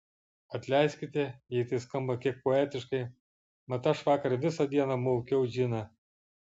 atleiskite jei tai skamba kiek poetiškai mat aš vakar visą dieną maukiau džiną